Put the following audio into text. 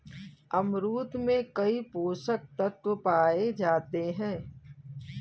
अमरूद में कई पोषक तत्व पाए जाते हैं